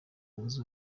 zunze